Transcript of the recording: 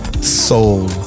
soul